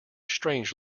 strange